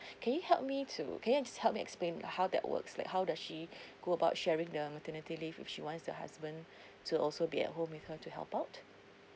can you help me to can you just help me explain how that works like how does she go about sharing the maternity leave if she wants the husband to also be at home with her to help out